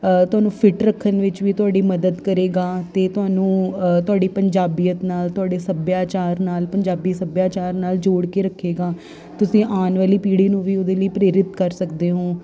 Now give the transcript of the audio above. ਤੁਹਾਨੂੰ ਫਿਟ ਰੱਖਣ ਵਿੱਚ ਵੀ ਤੁਹਾਡੀ ਮਦਦ ਕਰੇਗਾ ਅਤੇ ਤੁਹਾਨੂੰ ਤੁਹਾਡੀ ਪੰਜਾਬੀਅਤ ਨਾਲ ਤੁਹਾਡੇ ਸੱਭਿਆਚਾਰ ਨਾਲ ਪੰਜਾਬੀ ਸੱਭਿਆਚਾਰ ਨਾਲ ਜੋੜ ਕੇ ਰੱਖੇਗਾ ਤੁਸੀਂ ਆਉਣ ਵਾਲੀ ਪੀੜ੍ਹੀ ਨੂੰ ਵੀ ਉਹਦੇ ਲਈ ਪ੍ਰੇਰਿਤ ਕਰ ਸਕਦੇ ਹੋ